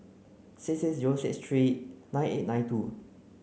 six six zero six three nine eight nine two